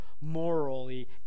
morally